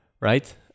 right